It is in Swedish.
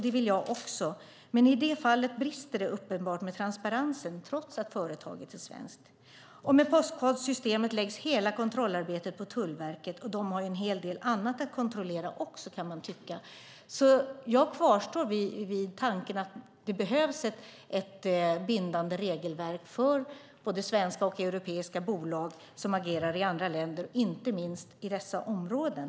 Det vill jag också, men i det fallet brister det uppenbart med transparensen, trots att företaget är svenskt. Med postkodssystemet läggs hela kontrollarbetet på Tullverket, och de har en hel del annat att kontrollera också, kan man tycka. Jag kvarstår därför vid tanken att det behövs ett bindande regelverk för både svenska och europeiska bolag som agerar i andra länder, inte minst i dessa områden.